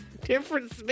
Different